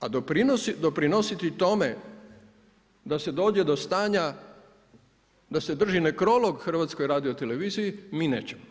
A doprinositi tome da se dođe do stanja, da se drži nekrolog HRT-u mi nećemo.